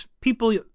people